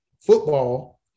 football